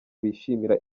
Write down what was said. bishimira